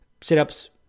sit-ups